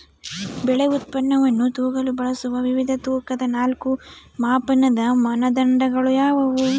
ಬೆಳೆ ಉತ್ಪನ್ನವನ್ನು ತೂಗಲು ಬಳಸುವ ವಿವಿಧ ತೂಕದ ನಾಲ್ಕು ಮಾಪನದ ಮಾನದಂಡಗಳು ಯಾವುವು?